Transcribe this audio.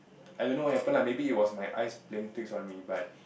I don't know what happened lah maybe it was my eyes playing tricks on me but